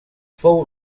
fou